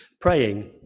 praying